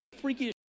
freaky